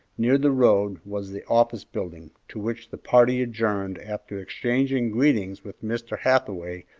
near the road was the office building, to which the party adjourned after exchanging greetings with mr. hathaway,